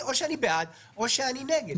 או שאני בעד או שאני נגד.